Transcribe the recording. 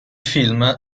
film